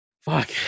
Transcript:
fuck